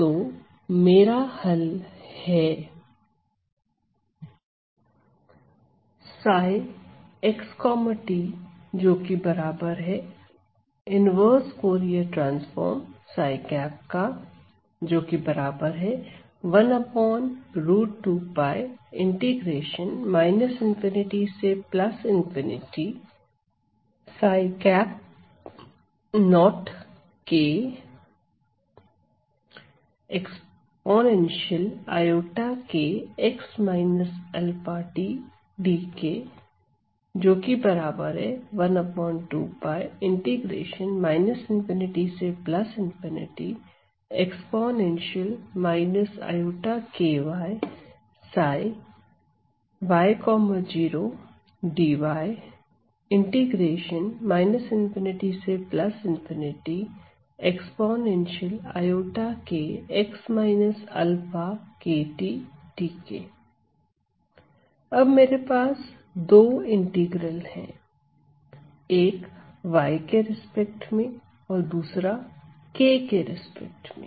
तो मेरा हल है अब मेरे पास दो इंटीग्रल है एक y के रिस्पेक्ट में और दूसरा k के रिस्पेक्ट में